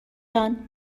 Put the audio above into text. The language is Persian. جان